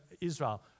Israel